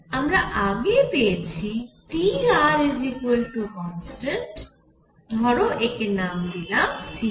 আমরা আগে পেয়েছি Trconstant ধরো একে নাম দিলাম c1